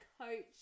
coach